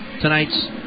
tonight's